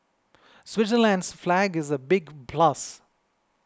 Switzerland's flag is a big plus